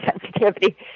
sensitivity